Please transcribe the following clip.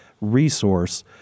resource